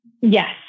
Yes